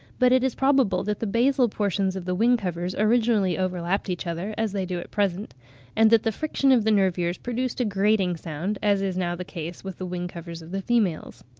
but it is probable that the basal portions of the wing-covers originally overlapped each other as they do at present and that the friction of the nervures produced a grating sound, as is now the case with the wing-covers of the females.